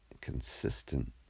consistent